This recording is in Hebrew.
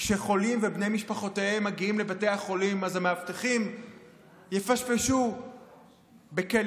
כשחולים ובני משפחותיהם מגיעים לבתי החולים אז המאבטחים יפשפשו בכליהם,